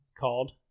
called